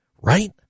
right